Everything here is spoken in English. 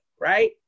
right